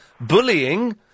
bullying